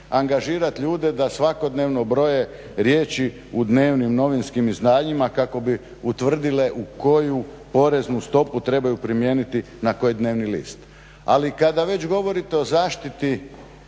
angažirati ljude da svakodnevno broje riječi u dnevnim novinskim izdanjima kako bi utvrdile u koju poreznu stopu trebaju primijeniti na koji dnevni list. Ali kada već govorite o zaštiti